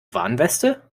warnweste